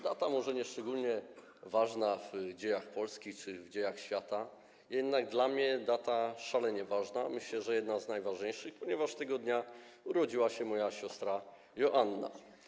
Data to może nieszczególnie ważna w dziejach Polski czy w dziejach świata, jednak dla mnie data szalenie ważna, myślę, że jedna z najważniejszych, ponieważ tego dnia urodziła się moja siostra Joanna.